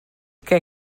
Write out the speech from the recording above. que